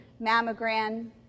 mammogram